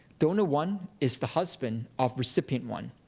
donor one is the husband of recipient one.